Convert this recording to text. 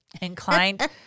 inclined